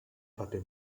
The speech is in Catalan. paper